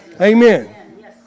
Amen